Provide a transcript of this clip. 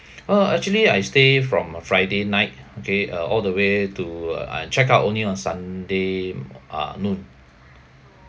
uh actually I stay from uh friday night okay uh all the way to uh I check out only on sunday mo~ uh noon